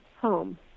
home